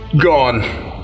Gone